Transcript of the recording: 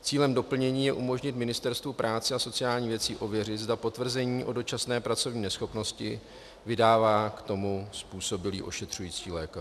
Cílem doplnění je umožnit Ministerstvu práce a sociálních věcí ověřit, zda potvrzení o dočasné pracovní neschopnosti vydává k tomu způsobilý ošetřující lékař.